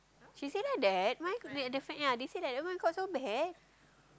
she say like that my goodness the fact ya they said that [oh]-my-god so bad